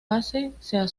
asocia